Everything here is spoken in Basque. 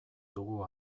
dugu